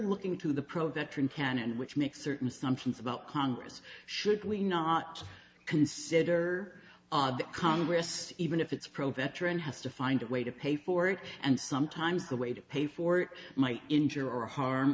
looking to the pro that truth can and which make certain assumptions about congress should we not consider that congress even if it's pro veteran has to find a way to pay for it and sometimes the way to pay for it might injure or harm